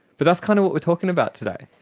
but that's kind of what we are talking about today.